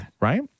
right